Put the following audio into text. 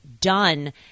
done